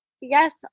yes